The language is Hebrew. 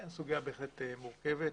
זו סוגיה בהחלט מורכבת.